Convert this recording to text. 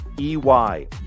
EY